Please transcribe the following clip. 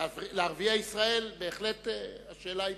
לערביי ישראל, השאלה בהחלט במקומה.